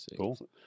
cool